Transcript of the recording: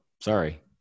sorry